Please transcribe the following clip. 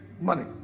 money